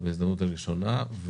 בהזדמנות הראשונה.